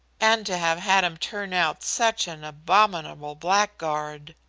and to have had him turn out such an abominable blackguard!